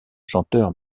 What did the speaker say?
chanteur